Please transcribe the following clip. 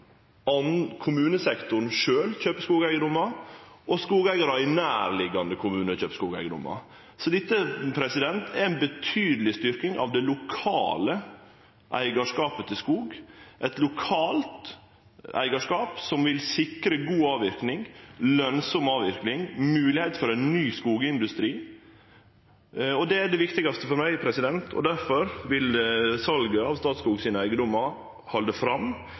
kommunesektoren sjølv kjøper skogeigedomar, og skogeigarar i nærliggjande kommunar kjøper skogeigedomar. Så dette er ei betydeleg styrking av det lokale eigarskapet til skog, eit lokalt eigarskap som vil sikre god avverking, lønsam avverking og moglegheit for ein ny skogindustri. Det er det viktigaste for meg, og difor vil salet av Statskog sine eigedomar halde fram